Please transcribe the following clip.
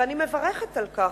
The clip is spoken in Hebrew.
ואני מברכת על כך.